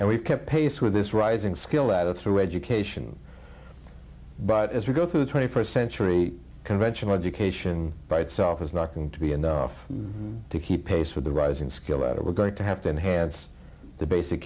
and we've kept pace with this rising skill ladder through education but as we go through the twenty first century conventional education by itself is not going to be enough to keep pace with the rising skill that we're going to have to enhance the basic